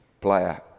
player